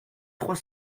trois